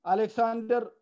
Alexander